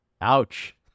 ouch